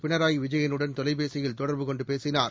பினராயி விஜயனுடன் தொலைபேசியில் தொடர்பு கொண்டு பேசினார்